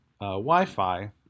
Wi-Fi